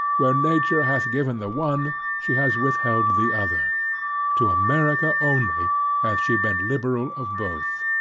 where nature hath given the one, she has withheld the other to america only hath she been liberal of both.